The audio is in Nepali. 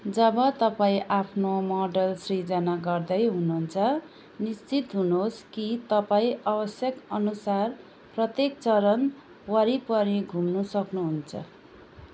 जब तपाईँँ आफ्नो मोडल सिर्जना गर्दै हुनुहुन्छ निश्चित हुनुहोस् कि तपाईँँ आवश्यकअनुसार प्रत्येक चरण वरिपरि घुम्न सक्नुहुन्छ